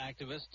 activists